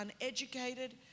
uneducated